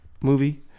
movie